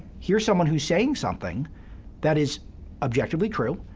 here's someone who's saying something that is objectively true,